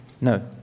No